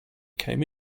came